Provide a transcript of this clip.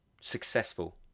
Successful